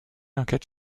enquête